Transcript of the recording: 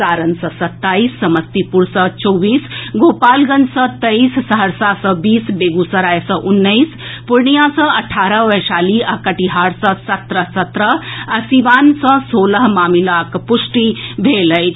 सारण सँ सत्ताईस समस्तीपुर सँ चौबीस गोपालंगज सँ तेईस सहरसा सँ बीस बेगूसराय सँ उन्नैस पूर्णियां सँ अठारह वैशाली आ कटिहार सँ सत्रह सत्रह आ सीवान सँ सोलह मामिलाक पुष्टि भेल अछि